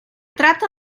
trata